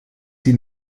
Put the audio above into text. sie